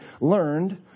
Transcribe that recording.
learned